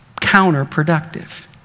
counterproductive